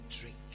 drink